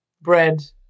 bread